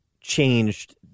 changed